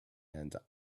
and